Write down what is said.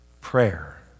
Prayer